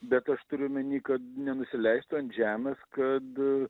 bet aš turiu omeny kad nenusileistų ant žemės kad